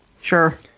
Sure